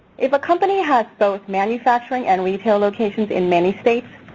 if a company has both manufacturing and retail locations in many states,